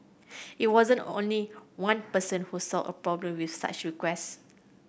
it wasn't only one person who saw a problem with such request